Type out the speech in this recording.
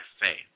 faith